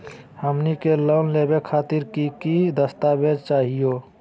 हमनी के लोन लेवे खातीर की की दस्तावेज चाहीयो?